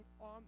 on